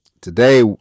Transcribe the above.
today